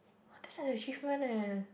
!wah! that's an achievement eh